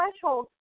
threshold